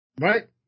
Right